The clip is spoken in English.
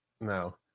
No